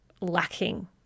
lacking